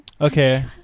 Okay